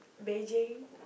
Beijing